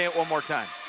say it one more time.